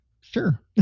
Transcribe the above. sure